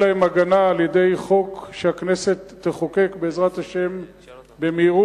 שתהיה להם הגנה על-ידי חוק שהכנסת תחוקק בעזרת השם במהירות.